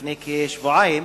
לפני כשבועיים,